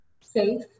safe